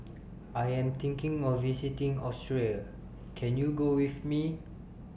I Am thinking of visiting Austria Can YOU Go with Me